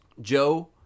Joe